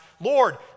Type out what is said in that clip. Lord